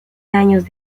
años